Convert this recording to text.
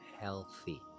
healthy